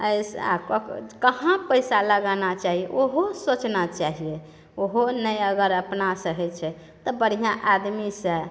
एहिसँ कहाँ पैसा लगाना चाही ओहो सोचना चाहिए ओहो नहि अगर अपनासँ होइत छै तऽ बढ़िआँ आदमीसँ